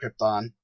Krypton